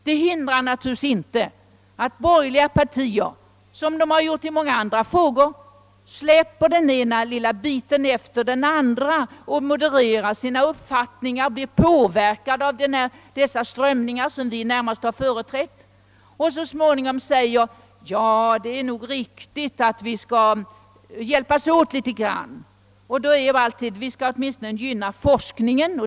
Det hindrar naturligtvis inte att borgerliga partier, på samma sätt som de gjort i många andra frågor, släpper den ena lilla biten efter den andra, modererar sin uppfattning och blir påverkade av de strömningar som vi närmast har företrätt. Så småningom säger man: Ja, det är nog riktigt att vi skall hjälpas åt litet grand. Åtminstone brukar man säga, att man vill gynna forskningen.